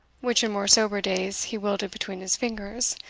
which in more sober days he wielded between his fingers,